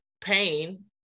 pain